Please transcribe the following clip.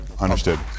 understood